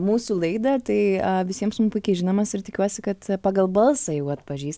mūsų laidą ir tai visiems puikiai žinomas ir tikiuosi kad pagal balsą jau atpažįs